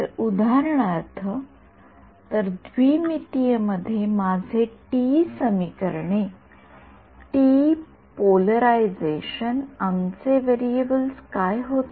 तर उदाहरणार्थ तर द्विमितीय मध्ये आमचे टीई समीकरणे टीई पोलरायझेशन आमचे व्हेरिएबल्स काय होते